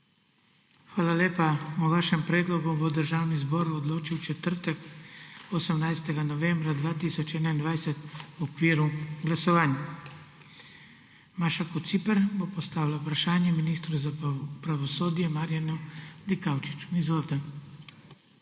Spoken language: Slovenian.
Hvala lepa. O vašem predlogu bo Državni zbor odločil v četrtek, 18. novembra 2021, v okviru glasovanj. Maša Kociper bo postavila vprašanje ministru za pravosodje Marjanu Dikaučiču. Izvolite.